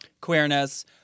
queerness